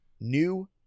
new